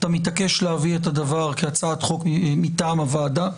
האם אתה מתעקש להביא את הדבר כהצעת חוק מטעם הוועדה,